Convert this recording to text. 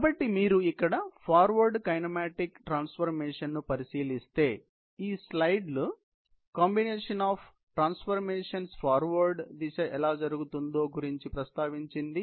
కాబట్టి క్లుప్తంగా మీరు ఇక్కడ ఫార్వర్డ్ కైనమాటిక్ పరివర్తనను పరిశీలిస్తే ఈ స్లయిడ్ మిళిత ట్రాన్స్ఫర్మేషన్స్ ఫార్వర్డ్ దిశ ఎలా జరుగుతుందో గురించి ప్రస్తావించింది